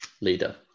leader